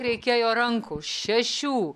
reikėjo rankų šešių